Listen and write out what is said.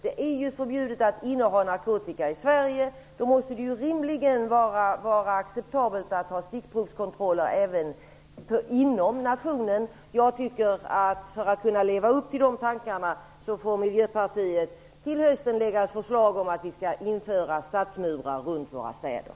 Det är förbjudet i Sverige att inneha narkotika. Då måste det rimligen vara acceptabelt att ha stickprovskontroller även inom nationen. För att kunna leva upp till det får Miljöpartiet till hösten lägga fram ett förslag om att vi skall uppföra stadsmurar runt våra städer.